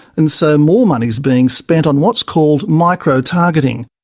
and so more money is being spent on what's called micro-targeting,